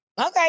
okay